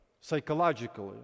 psychologically